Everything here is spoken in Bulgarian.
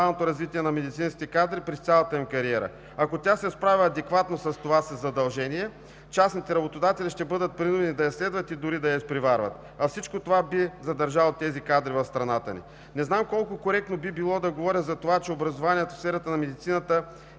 на медицинските кадри през цялата им кариера. Ако тя се справя адекватно с това си задължение, частните работодатели ще бъдат принудени да я следват и дори да я изпреварват. Всичко това би задържало тези кадри в страната ни. Не знам колко коректно би било да говоря, че образованието в сферата на медицината